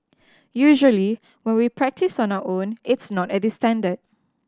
usually when we practise on our own it's not at this standard